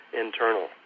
internal